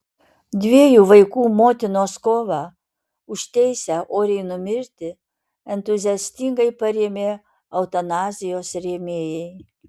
dviejų vaikų motinos kovą už teisę oriai numirti entuziastingai parėmė eutanazijos rėmėjai